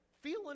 feeling